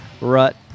rut